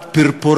מרתקת.